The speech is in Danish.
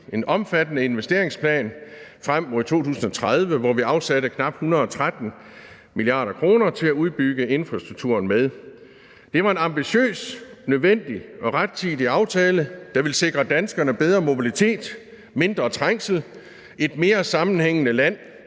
en omfattende investeringsplan frem mod 2030, hvor vi afsatte knap 113 mia. kr. til at udbygge infrastrukturen med. Det var en ambitiøs, nødvendig og rettidig aftale, der ville sikre danskerne bedre mobilitet, mindre trængsel, et mere sammenhængende land